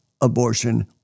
abortion